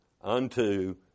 unto